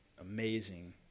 amazing